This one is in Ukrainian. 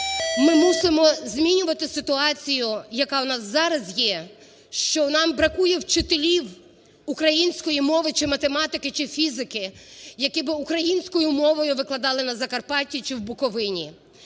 Ми мусимо змінювати ситуацію, яка в нас зараз є, що нам бракує вчителів української мови чи математики, чи фізики, які би українською мовою викладали на Закарпатті чи в Буковині.